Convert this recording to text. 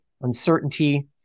uncertainty